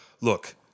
look